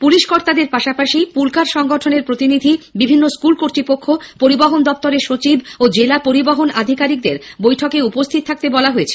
police কর্তাদের পাশাপাশি pool car সংগঠনের প্রতিনিধি বিভিন্ন স্কুল কর্তৃপক্ষ পরিবহন দফতরের সচিব ও জেলা পরিবহন আধিকারিকদের বৈঠকে উপস্হিত থাকতে বলা হয়েছে